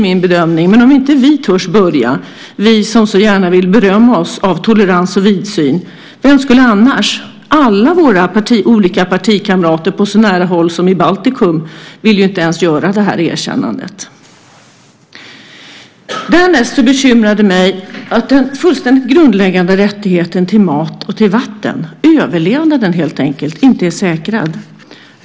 Men om inte vi törs börja, vi som så gärna vill berömma oss av tolerans och vidsyn, vem skulle då göra det? Inga av våra partikamrater på så nära håll som i Baltikum vill göra ens detta erkännande. Därnäst bekymrar det mig att den fullständigt grundläggande rättigheten till mat och vatten, överlevnaden helt enkelt, inte är säkrad.